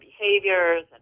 behaviors